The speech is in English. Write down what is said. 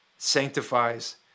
Sanctifies